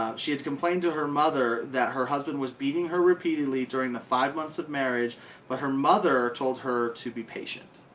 she complained to her mother that her husband was beating her repeatedly during the five months of marriage but her mother told her to be page and